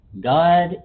God